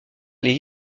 les